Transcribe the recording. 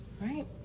Right